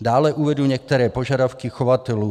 Dále uvedu některé požadavky chovatelů.